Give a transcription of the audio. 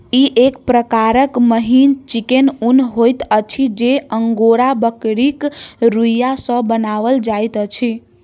ई एक प्रकारक मिहीन चिक्कन ऊन होइत अछि जे अंगोरा बकरीक रोंइया सॅ बनाओल जाइत अछि